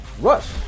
Rush